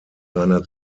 seiner